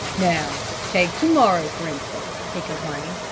now take to-morrow, for instance, he complained.